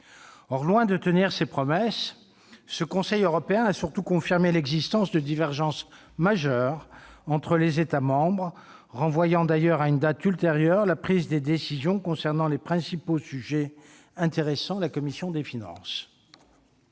Or, loin de tenir ses promesses, cette réunion a surtout confirmé l'existence de divergences majeures entre les États membres, le Conseil européen renvoyant d'ailleurs à une date ultérieure la prise des décisions concernant les principaux sujets intéressant la commission des finances.